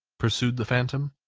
pursued the phantom.